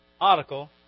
article